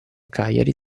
cagliari